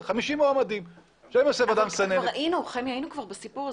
כבר היינו בסיפור הזה.